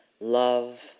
love